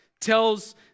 tells